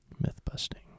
Myth-busting